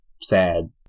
sad